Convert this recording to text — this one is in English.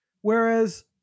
Whereas